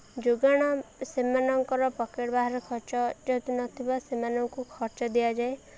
ଯୋଗାଣ ସେମାନଙ୍କର ପକେଟ୍ ବାହାର ଖର୍ଚ୍ଚ ଯଦି ନଥିବା ସେମାନଙ୍କୁ ଖର୍ଚ୍ଚ ଦିଆଯାଏ